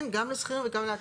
כן, גם לשכירים וגם לעצמאיים.